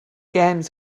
games